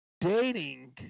dating